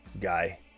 guy